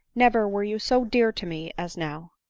never were you so dear to me as now!